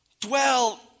dwell